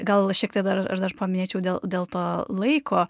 gal šiek tiek dar aš dar paminėčiau dėl dėl to laiko